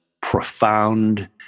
profound